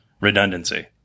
redundancy